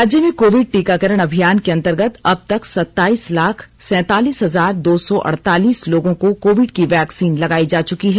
राज्य में कोविड टीकाकरण अभियान के अंतर्गत अब तक सताईस लाख सैंतालीस हजार दो सौ अड़तालीस लोगों को कोविड की वैक्सीन लगाई जा चुंकी है